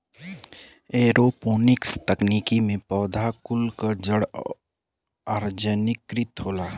aeroponics तकनीकी में पौधा कुल क जड़ ओक्सिजनकृत होला